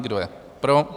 Kdo je pro?